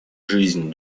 жизнь